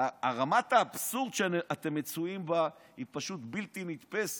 רמת האבסורד שאתם מצויים בה היא פשוט בלתי נתפסת.